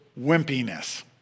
wimpiness